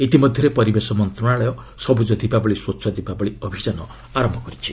ଇତିମଧ୍ୟରେ ପରିବେଶ ମନ୍ତ୍ରଶାଳୟ ସବୁଜ ଦୀପାବଳି ସ୍ୱଚ୍ଚ ଦୀପାବଳି ଅଭିଯାନ ଆରମ୍ଭ କରିଛି